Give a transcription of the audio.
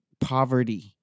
poverty